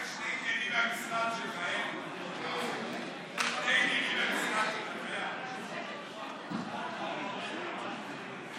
נעבור להצעה לסדר-היום בנושא: